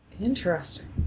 Interesting